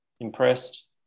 Impressed